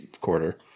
Quarter